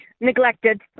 neglected